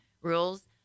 rules